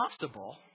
Possible